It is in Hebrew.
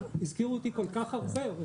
הזכירו אותי כל כך הרבה.